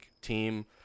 team